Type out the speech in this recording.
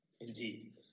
indeed